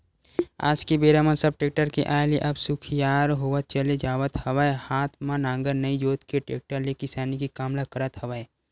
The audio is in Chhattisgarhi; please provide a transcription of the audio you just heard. आज के बेरा म सब टेक्टर के आय ले अब सुखियार होवत चले जावत हवय हात म नांगर नइ जोंत के टेक्टर ले किसानी के काम ल करत हवय